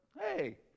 Hey